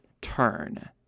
turn